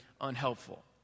unhelpful